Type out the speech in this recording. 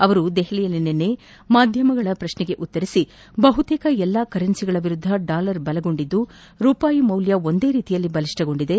ಅವರು ದೆಹಲಿಯಲ್ಲಿ ನಿನ್ನೆ ಮಾಧ್ಯಮದವರ ಪ್ರಶ್ನೆಗೆ ಉತ್ತರಿಸಿ ಬಹುತೇಕ ಎಲ್ಲ ಕರೆನ್ನಿಗಳ ವಿರುದ್ದ ಡಾಲರ್ ಬಲಗೊಂಡಿದ್ದು ರೂಪಾಯಿ ಮೌಲ್ಯ ಒಂದೇ ರೀತಿಯಲ್ಲಿ ಬಲಿಷ್ಣಗೊಂಡಿದೆ